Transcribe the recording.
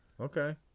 Okay